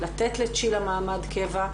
לתת לצ'ילה מעמד קבע,